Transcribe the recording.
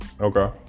Okay